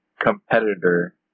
competitor